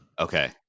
Okay